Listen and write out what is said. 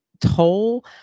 toll